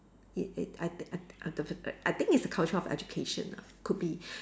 it it I t~ I t~ I I think it's culture of education ah could be